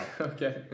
Okay